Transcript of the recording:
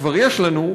שכבר יש לנו,